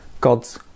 God's